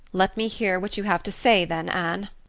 let me hear what you have to say then, anne.